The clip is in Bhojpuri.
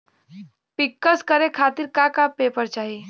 पिक्कस करे खातिर का का पेपर चाही?